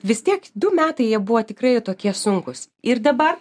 vis tiek du metai jie buvo tikrai tokie sunkūs ir dabar